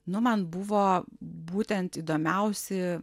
nu man buvo būtent įdomiausi